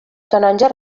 canonges